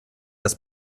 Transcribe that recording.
das